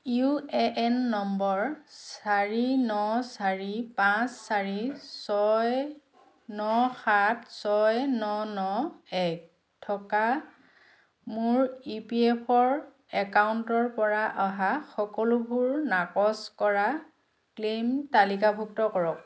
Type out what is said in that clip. U A N number চাৰি ন চাৰি পাঁচ চাৰি ছয় ন সাত ছয় ন ন এক থকা মোৰ ই পি এফৰ একাউণ্টৰপৰা অহা সকলোবোৰ নাকচ কৰা ক্লেইম তালিকাভুক্ত কৰক